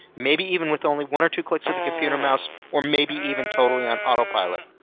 maybe even with only one or two clicks of the computer mouse, or maybe even totally on autopilot.